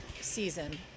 season